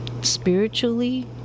spiritually